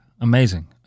Amazing